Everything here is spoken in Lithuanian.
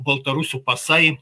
baltarusių pasai